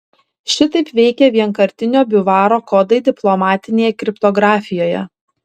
šitaip veikia vienkartinio biuvaro kodai diplomatinėje kriptografijoje